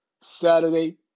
Saturday